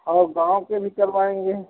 और गाँव के भी करवाएंगे